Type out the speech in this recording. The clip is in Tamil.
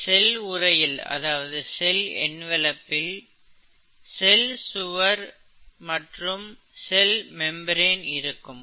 இந்த செல் உறையில் செல் சுவர் மற்றும் செல் மெம்பிரேன் இருக்கும்